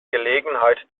gelegenheit